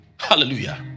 hallelujah